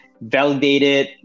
validated